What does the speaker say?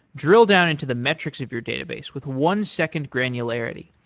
drill down into the metrics of your database with one second granularity.